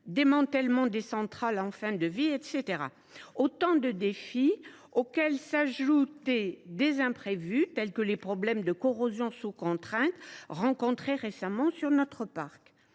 démantèlement des centrales en fin de vie… Autant de défis auxquels peuvent s’ajouter des imprévus, tels que les problèmes de corrosion sous contrainte rencontrés récemment dans notre parc.